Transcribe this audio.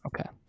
Okay